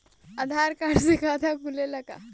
आधार card से खाता खुले ला का?